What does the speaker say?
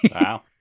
Wow